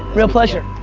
real pleasure.